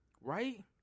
Right